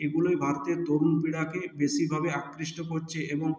এগুলোই ভারতের তরুণ পীড়াকে বেশিভাবে আকৃষ্ট করছে এবং